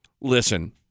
Listen